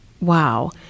Wow